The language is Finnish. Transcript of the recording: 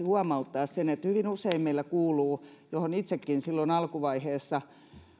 huomauttaa että hyvin usein meillä kuuluu sitä mihin itsekin silloin alkuvaiheessa